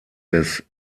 des